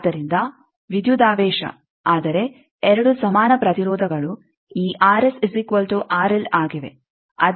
ಆದ್ದರಿಂದ ವಿದ್ಯುದಾವೇಶ ಆದರೆ ಎರಡು ಸಮಾನ ಪ್ರತಿರೋಧಗಳು ಈ ಆಗಿವೆ